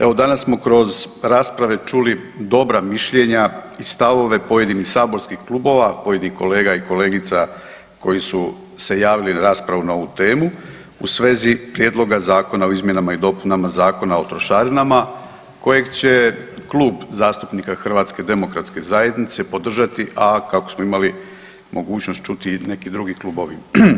Evo danas smo kroz rasprave čuli dobra mišljenja i stavove pojedinih saborskih klubova, pojedinih kolega i kolegica koji su se javili na raspravu na ovu temu u svezi Prijedloga zakona o izmjenama i dopunama Zakona o trošarina kojeg će Klub zastupnika HDZ-a podržati a kako smo imali mogućnost čuti, i neki drugi klubovi.